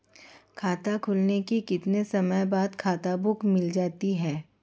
खाता खुलने के कितने समय बाद खाता बुक मिल जाती है?